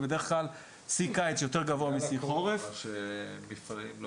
בדרך כלל שיא קיץ יותר גבוה משיא חורף --- בגלל הקורונה שמפעלים לא